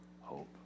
hope